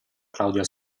claudia